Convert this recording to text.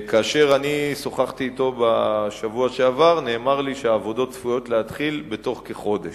כאשר שוחחתי אתו בשבוע שעבר נאמר לי שהעבודות צפויות להתחיל בתוך כחודש.